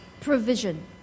provision